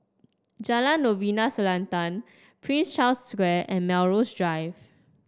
Jalan Novena Selatan Prince Charles Square and Melrose Drive